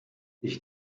ich